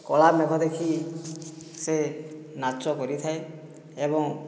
କଳା ମେଘ ଦେଖି ସେ ନାଚ କରିଥାଏ ଏବଂ